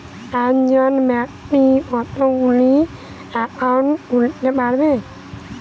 একজন ব্যাক্তি কতগুলো অ্যাকাউন্ট খুলতে পারে?